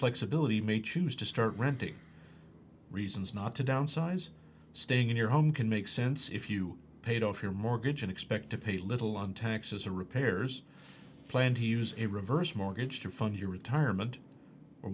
flexibility may choose to start renting reasons not to downsize staying in your home can make sense if you paid off your mortgage and expect to pay little on taxes or repairs planned to use a reverse mortgage to fund your retirement or